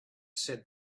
said